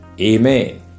Amen